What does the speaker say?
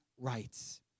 rights